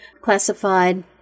classified